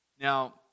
Now